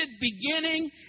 beginning